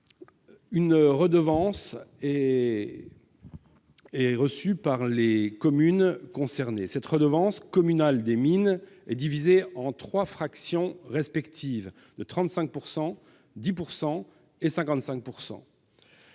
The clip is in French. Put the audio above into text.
Une redevance est perçue par les communes concernées. Cette redevance communale des mines est divisée en trois fractions respectivement de 35 %, 10 % et 55 %.